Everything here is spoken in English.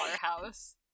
house